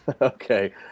okay